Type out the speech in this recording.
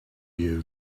you